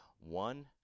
One